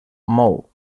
mou